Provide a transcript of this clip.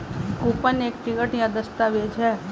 coupon एक ticket या दस्तावेज़ है